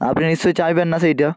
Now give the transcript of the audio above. আপনি নিশ্চই চাইবেন না সেইটা